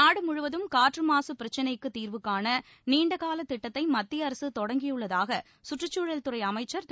நாடு முழுவதும் காற்று மாசு பிரச்சினைக்கு தீர்வுகாண நீண்டகால திட்டத்தை மத்திய அரசு தொடங்கியுள்ளதாக சுற்றுச்சூழல் துறை அமைச்சா் திரு